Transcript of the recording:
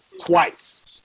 twice